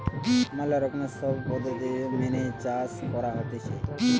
ম্যালা রকমের সব পদ্ধতি মেনে চাষ করা হতিছে